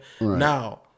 now